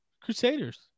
Crusaders